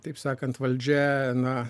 taip sakant valdžia na